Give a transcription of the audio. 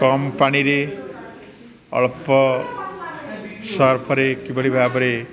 କମ ପାଣିରେ ଅଳ୍ପ ସର୍ପରେ କିଭଳି ଭାବରେ